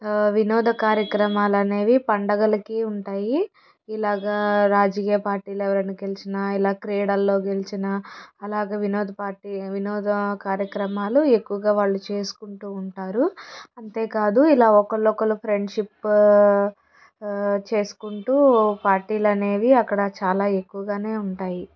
వినోద కార్యక్రమాలనేవి పండగలకి ఉంటాయి ఇలాగా రాజకీయ పార్టీలో ఎవరన్నా గెలిచినా ఇలా క్రీడల్లో గెలిచినా అలగా వినోద పార్టీ వినోద కార్యక్రమాలు ఎక్కువుగా వాళ్లు చేసుకుంటూ ఉంటారు అంతేకాదు ఇలా ఒకళ్ళు ఒకళ్ళు ఫ్రెండ్షిప్ చేసుకుంటూ పార్టీలు అనేవి అక్కడ చాలా ఎక్కువుగానే ఉంటాయి